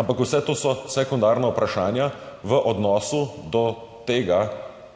Ampak vse to so sekundarna vprašanja v odnosu do tega,